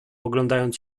oglądając